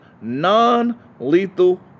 non-lethal